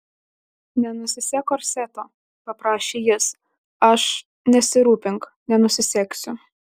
nenusisek korseto paprašė jis aš nesirūpink nenusisegsiu